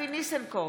אבי ניסנקורן,